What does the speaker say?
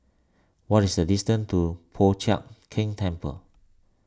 what is the distance to Po Chiak Keng Temple